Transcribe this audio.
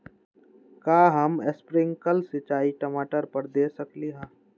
का हम स्प्रिंकल सिंचाई टमाटर पर दे सकली ह?